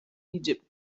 egypt